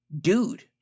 dude